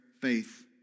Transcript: faith